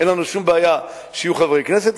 אין לנו שום בעיה שיהיו חברי כנסת,